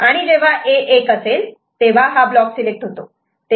आणि जेव्हा A 1 असते तेव्हा हा ब्लॉक सिलेक्ट होतो